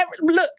Look